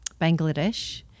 Bangladesh